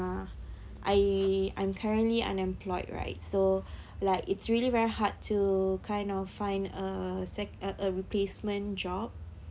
uh I I'm currently unemployed right so like it's really very hard to kind of find a sec~ a a replacement job